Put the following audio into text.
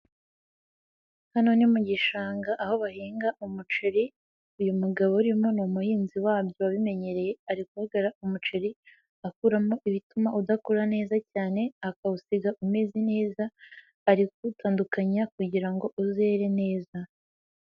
Hano ni mu gishanga aho bahinga umuceri, uyu mugabo urimo ni umuhinzi wabyo wabimenyereye ari gubagara umuceri akuramo ibituma udakura neza cyane akawusiga umeze neza, ari kuwutandukanya kugira ngo uzere neza.